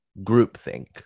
groupthink